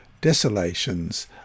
desolations